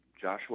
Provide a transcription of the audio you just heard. Joshua